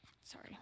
sorry